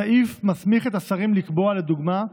הסעיף מסמיך את השרים לקבוע, לדוגמה,